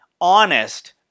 honest